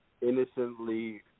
innocently